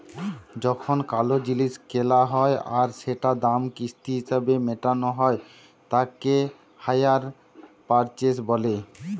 যখন কোলো জিলিস কেলা হ্যয় আর সেটার দাম কিস্তি হিসেবে মেটালো হ্য়য় তাকে হাইয়ার পারচেস বলে